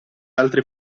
altre